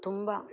ತುಂಬ